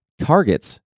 targets